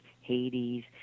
Hades